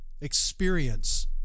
experience